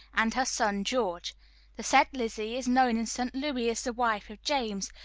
and her son george the said lizzie is known in st. louis as the wife of james,